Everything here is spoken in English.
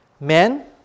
Men